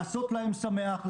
לעשות להם שמח,